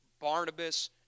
Barnabas